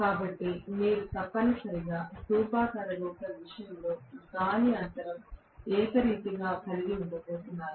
కాబట్టి మీరు తప్పనిసరిగా స్థూపాకార రోటర్ విషయంలో గాలి అంతరం ఏకరీతి గా కలిగి ఉండబోతున్నారు